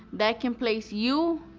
that can place you,